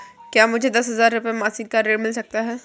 क्या मुझे दस हजार रुपये मासिक का ऋण मिल सकता है?